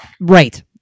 right